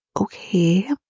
okay